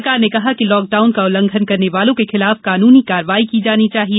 सरकार ने कहा कि लॉकडाउन का उल्लंघन करने वालों के खिलाफ काननी कार्रवाई की जानी चाहिए